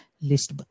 list